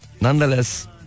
nonetheless